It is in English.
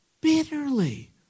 bitterly